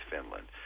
Finland